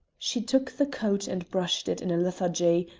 she took the coat and brushed it in a lethargy,